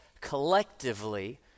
collectively